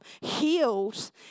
healed